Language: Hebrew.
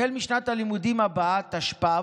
החל משנת הלימודים הבאה, תשפ"ב,